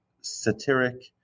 satiric